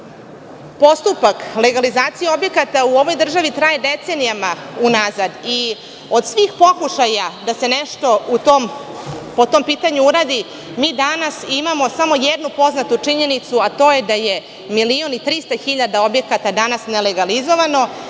postupak legalizacije objekata u ovoj državi traje decenijama unazad. Od svih pokušaja da se nešto po tom pitanju uradi, mi danas imamo samo jednu poznatu činjenicu, a to je da je 1.300.000 objekata danas nelegalizovano,